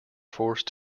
forced